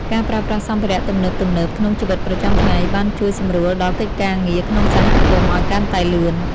ការប្រើប្រាស់សម្ភារៈទំនើបៗក្នុងជីវិតប្រចាំថ្ងៃបានជួយសម្រួលដល់កិច្ចការងារក្នុងសហគមន៍ឱ្យកាន់តែលឿន។